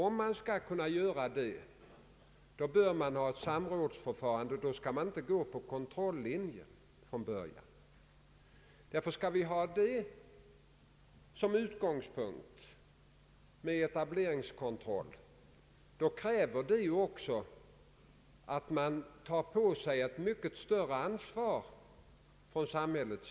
Om man skall göra det bör man ha ett samrådsförfarande och inte gå på kontrollinjen från början. Skall man ha en etableringskontroll som utgångspunkt så kräver det att man från samhällets sida tar på sig ett mycket större ansvar.